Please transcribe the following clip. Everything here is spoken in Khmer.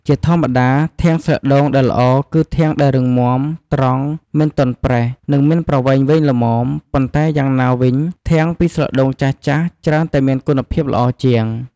ជាធម្មតាធាងស្លឹកដូងដែលល្អគឺធាងដែលរឹងមាំ ត្រង់ មិនទាន់ប្រេះ និងមានប្រវែងវែងល្មម ប៉ុន្តែយ៉ាងណាវិញធាងពីស្លឹកដូងចាស់ៗច្រើនតែមានគុណភាពល្អជាង។